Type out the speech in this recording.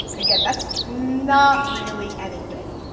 again, that's not really anything.